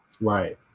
Right